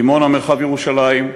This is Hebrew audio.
דימונה ומרחב ירושלים,